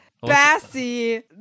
Bassy